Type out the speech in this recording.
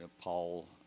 Paul